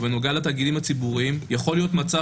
לגבי התאגידים הציבוריים יכול להיות מצב